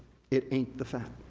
it ain't the fat.